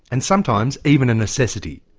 and sometimes even a necessity.